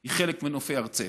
היא חלק מנופי ארצנו,